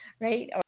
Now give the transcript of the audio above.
Right